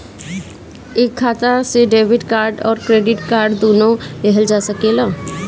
एक खाता से डेबिट कार्ड और क्रेडिट कार्ड दुनु लेहल जा सकेला?